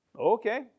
Okay